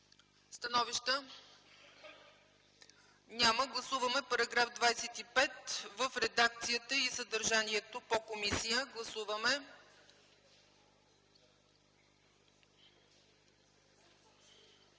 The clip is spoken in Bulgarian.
становища? Няма. Гласуваме § 25 в редакцията и съдържанието по комисия. Гласували